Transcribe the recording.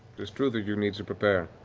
it's true that you need to prepare,